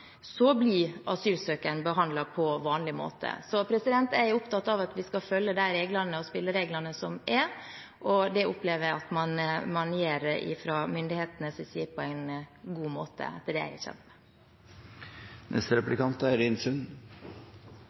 så blir asylsøkeren behandlet på vanlig måte. Jeg er opptatt av at vi skal følge de reglene og spillereglene som er, og det opplever jeg at man gjør fra myndighetenes side på en god måte, etter det jeg kjenner til. Jeg vil også få lov til å gratulere statsråden med